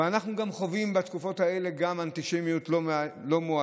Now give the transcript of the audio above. אבל אנחנו חווים בתקופות האלה גם אנטישמיות לא מועטה.